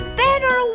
better